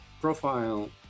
profile